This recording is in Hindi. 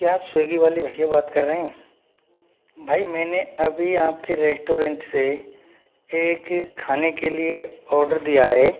क्या आप स्विग्गी वाले भैया बात कर रहें हैं भाई मैंने अभी आपके रेस्टोरेंट से एक खाने के लिए ऑर्डर दिया है